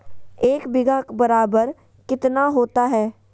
एक बीघा बराबर कितना होता है?